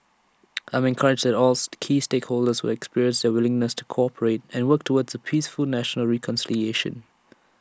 I'm encouraged that all key stakeholders have expressed their willingness to cooperate and work towards peaceful national reconciliation